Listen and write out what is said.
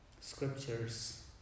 scriptures